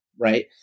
right